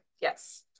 Yes